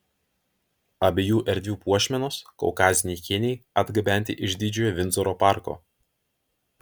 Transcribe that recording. abiejų erdvių puošmenos kaukaziniai kėniai atgabenti iš didžiojo vindzoro parko